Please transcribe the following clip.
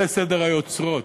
זה סדר היוצרות.